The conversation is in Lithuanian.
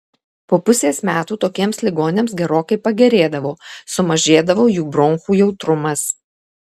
po pusės metų tokiems ligoniams gerokai pagerėdavo sumažėdavo jų bronchų jautrumas